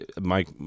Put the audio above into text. Mike